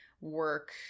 work